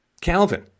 Calvin